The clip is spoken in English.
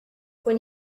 when